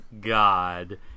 God